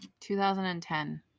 2010